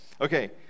Okay